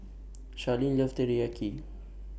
Sharlene loves Teriyaki